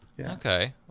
Okay